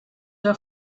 der